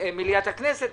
וגם מליאת הכנסת.